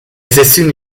sezioni